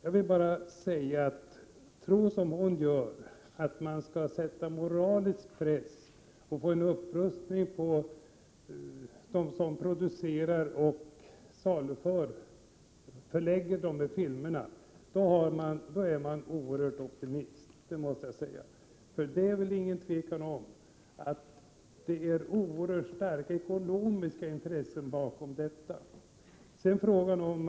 Om man tror, som Margitta Edgren gör, att det skall vara möjligt att sätta moralisk press på dem som producerar och saluför våldsfilmer, då är man en oerhörd optimist. Det råder väl inget tvivel om att det finns oerhört starka ekonomiska intressen bakom denna hantering.